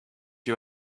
you